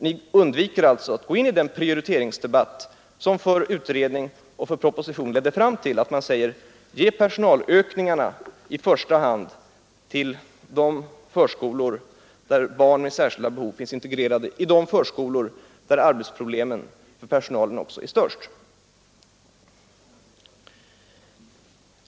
Ni undviker att gå in i den prioriteringsdebatt som för utredningen och i propositionen ledde fram till att man säger: Ge personalökningarna i första hand till de förskolor där barn med särskilda behov finns integrerade, där också arbetsproblemen för personalen är störst.